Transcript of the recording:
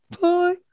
Bye